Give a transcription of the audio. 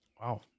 Wow